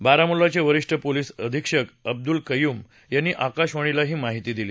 बारामुल्लाचे वरिष्ठ पोलीस अधीक्षक अब्दुल कय्युम यांनी आकाशवाणीला ही माहिती दिली